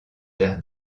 der